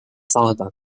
saada